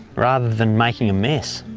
rather than making a mess.